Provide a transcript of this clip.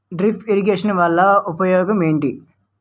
drip irrigation వలన ఉపయోగం ఏంటి